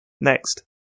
Next